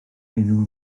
enw